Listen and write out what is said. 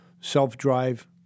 self-drive